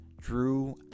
Drew